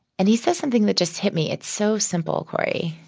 and he says something that just hit me. it's so simple, cory